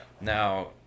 Now